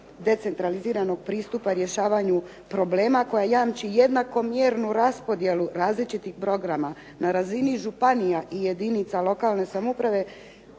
decentraliziranog pristupa rješavanju problema koje jamči jednakomjernu raspodjelu različitih programa. Na razini županija i jedinica lokalne samouprave